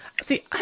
see